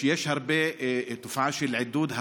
יש תופעה של עידוד.